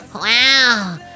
Wow